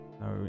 No